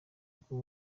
bw’u